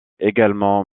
également